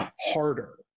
harder